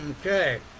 okay